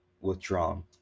Withdrawn